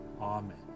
Amen